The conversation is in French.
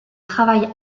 travaille